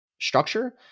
structure